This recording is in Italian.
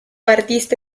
artista